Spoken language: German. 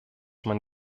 man